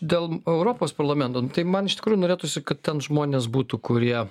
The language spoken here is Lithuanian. dėl europos parlamento nu tai man iš tikrųjų norėtųsi kad ten žmonės būtų kurie